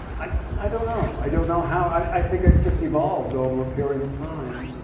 i i don't know. i don't know how i think it just evolved over a period of time.